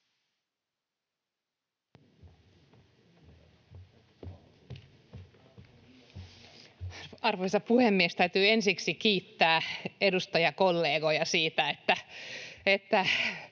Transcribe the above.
Arvoisa puhemies! Täytyy ensiksi kiittää edustajakollegoja siitä, että